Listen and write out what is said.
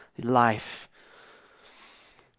life